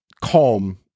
calm